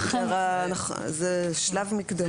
זה שלב מקדמי.